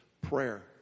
prayer